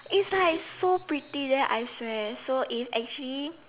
is like so pretty then I swear so is actually